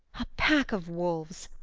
a pack of wolves!